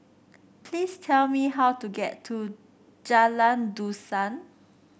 please tell me how to get to Jalan Dusan